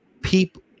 people